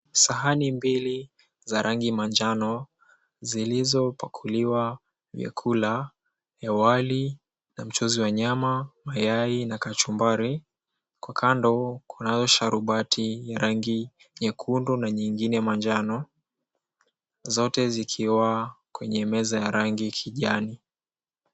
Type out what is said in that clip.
Sahani mbili za rangi manjano zilizopakuliwa vyakula ya wali na mchuzi wa nyama, mayai na kachumbari. Kwa kando kunayo sharumbati ya rangi nyekundu na nyingine manjano, zote zikiwa kwenye meza ya rangi kijani.